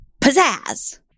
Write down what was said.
pizzazz